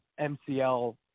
MCL